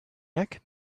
neck